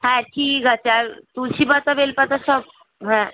হ্যাঁ ঠিক আছে আর তুলসী পাতা বেল পাতা সব হ্যাঁ